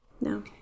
No